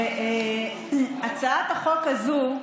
הצעת החוק הזו,